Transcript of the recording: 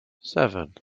seven